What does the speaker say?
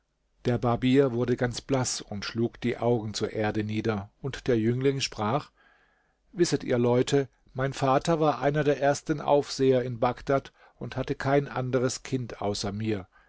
der barbier wurde ganz blaß und schlug die augen zur erde nieder und der jüngling sprach wisset ihr leute mein vater war einer der ersten aufseher in bagdad und hatte kein anderes kind außer mir